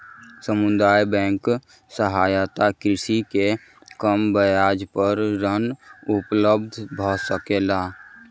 समुदाय बैंकक सहायता सॅ कृषक के कम ब्याज पर ऋण उपलब्ध भ सकलै